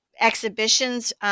exhibitions